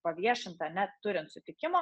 paviešinta neturint sutikimo